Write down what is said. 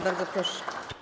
Bardzo proszę.